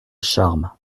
charmes